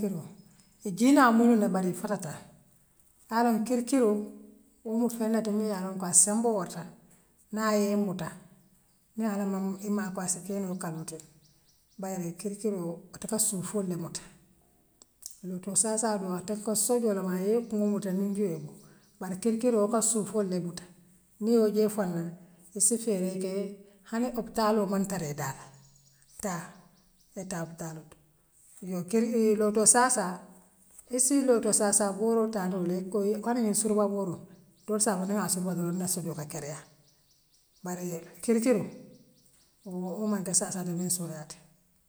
ikee naa muluŋ de bare i fatata la yaaloŋ kirikiroo woo muŋ leti muŋ yaa loŋ ko a semboo warta naa ayee muta niŋ allah maŋ i maakoy assi kee noola woo kaa duuteele bare kirikiroo ateka sunfoo lee muta lootuŋ saaňe saaňe sojoole ayee kuŋoo muta ňiŋ jioo ko bare kirikiroo woo ka suufool lee muta niŋ yee woo jee folonaa issi feeree kee hani opitaaloo man tara i taala taa yetaa opitaalooto yoo kiri woo to saassaa issi boto saassaa boroo taat doole koyee hani ňiŋ suruwaa booroo dool saa niŋ ŋaa suba doroŋ naa sodioo kaa kereyaa bare kirikiroo woo man kee sassaa de min sooniyaata.